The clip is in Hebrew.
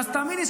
תאמין לי,